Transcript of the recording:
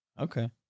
Okay